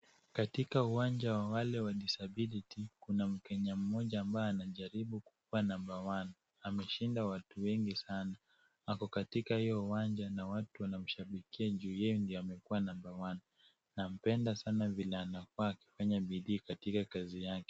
Katika uwanja wa wale wa disability , kuna mkenya ambaye anajaribu kukuwa number one . Ameshinda watu wengi sana. Ako katika hiyo uwanja na watu wanamshabikia ju ye ndio amekuwa number one . Nampenda sana vile anavaa akifanya bidii katika kazi yake.